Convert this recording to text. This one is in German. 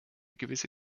gewisse